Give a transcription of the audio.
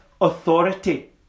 authority